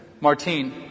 Martine